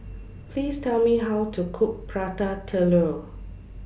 Please Tell Me How to Cook Prata Telur